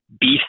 beef